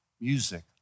music